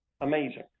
amazing